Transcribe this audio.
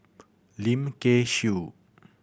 Lim Kay Siu